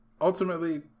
ultimately